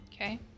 Okay